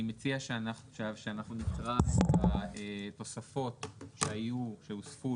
אני מציע שאנחנו נקרא את התוספות שהיו ושהוספו